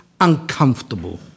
Uncomfortable